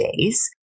days